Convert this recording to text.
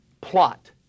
plot